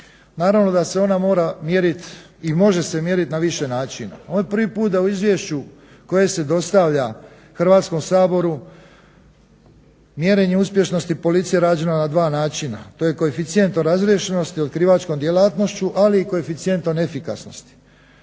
naravno da se ona mora mjeriti i može se mjeriti na više načina. Ovo je prvi puta da u izvješću koje se dostavlja Hrvatskom saboru mjerenje uspješnosti policije rađeno na dva načina. To je koeficijent o razriješenosti o otkrivačkom djelatnošću ali i koeficijent o neefikasnosti.